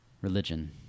Religion